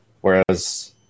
whereas